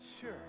sure